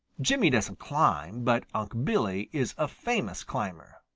jimmy doesn't climb, but unc' billy is a famous climber.